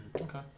Okay